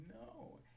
no